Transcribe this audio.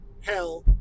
hell